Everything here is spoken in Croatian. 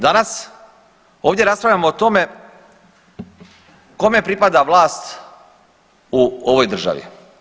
Danas ovdje raspravljamo o tome kome pripada vlast u ovoj državi.